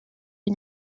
est